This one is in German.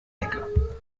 ecke